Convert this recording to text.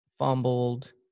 fumbled